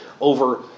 over